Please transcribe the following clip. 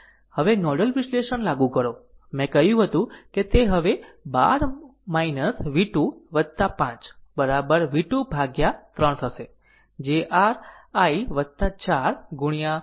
હવે નોડલ વિશ્લેષણ લાગુ કરો મેં કહ્યું હતું કે તે હવે 12 v 2 5 v 2 ભાગ્યા 3 થશે જે r i 4 ગુણ્યા r iSC છે